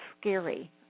scary